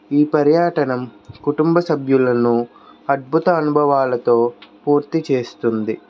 ఈ పర్యాటనం కుటుంబ సభ్యులను అద్భుత అనుభవాలతో పూర్తిచేస్తుంది